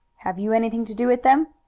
have you anything to do with them?